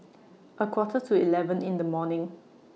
A Quarter to eleven in The morning